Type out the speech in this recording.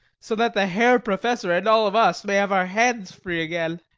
so that the herr professor and all of us may have our hands free again.